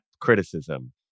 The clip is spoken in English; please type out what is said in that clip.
criticism